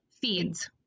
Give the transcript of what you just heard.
Feeds